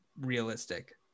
realistic